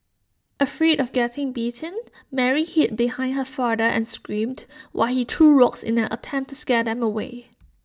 afraid of getting bitten Mary hid behind her father and screamed while he threw rocks in an attempt to scare them away